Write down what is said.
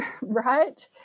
right